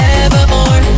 evermore